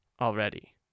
already